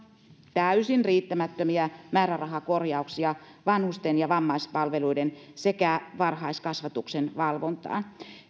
täysin riittämättömiä määrärahakorjauksia vanhusten ja vammaispalveluiden sekä varhaiskasvatuksen valvontaan